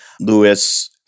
Lewis